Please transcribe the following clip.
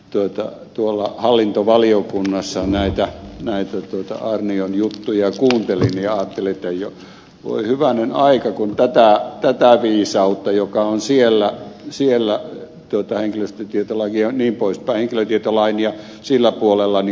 kun aikoinaan hallintovaliokunnassa näitä aarnion juttuja kuuntelin ajattelin että voi hyvänen aika kun tätä viisautta joka on siellä työtä henkilöstön työtä lajiani poistaa henkilötietolain jnp